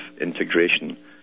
integration